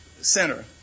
center